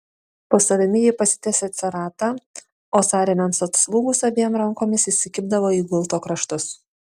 po savimi ji pasitiesė ceratą o sąrėmiams atslūgus abiem rankomis įsikibdavo į gulto kraštus